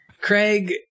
Craig